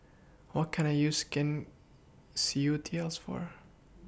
What Can I use Skin Ceuticals For